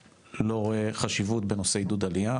או שמשרד העלייה והקליטה לא רואה חשיבות בנושאי עידוד עלייה,